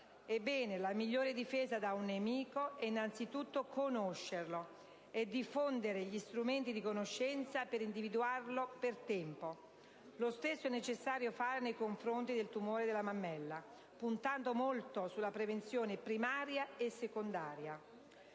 Ebbene, la migliore difesa da un nemico è anzitutto conoscerlo, diffondendo gli strumenti di conoscenza per individuarlo per tempo. Lo stesso è necessario fare nei confronti del tumore alla mammella, puntando molto sulla prevenzione primaria e secondaria.